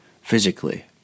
physically